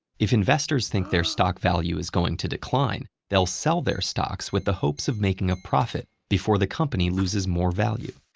if investors think their stock value is going to decline, they'll sell their stocks with the hopes of making a profit before the company loses more value.